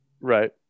right